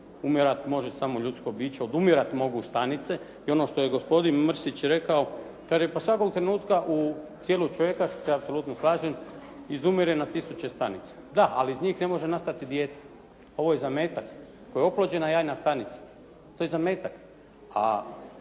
Umirati može samo ljudsko biće. Odumirati mogu stanice i ono što je gospodin Mrsić rekao, kaže: «Pa svakog trenutka u tijelu čovjeka» što se apsolutno slažem «izumire na tisuće stanica». Da, ali iz njih ne može nastati dijete. Ovo je zametak koji je oplođena jajna stanica. To je zametak.